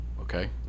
Okay